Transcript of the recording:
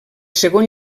segon